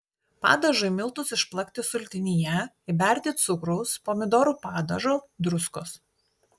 padažui miltus išplakti sultinyje įberti cukraus pomidorų padažo druskos